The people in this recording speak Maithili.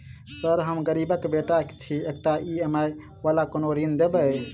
सर हम गरीबक बेटा छी एकटा ई.एम.आई वला कोनो ऋण देबै?